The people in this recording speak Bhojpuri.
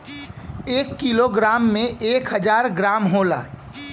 एक कीलो ग्राम में एक हजार ग्राम होला